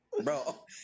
Bro